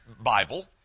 Bible